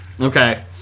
okay